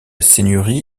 seigneurie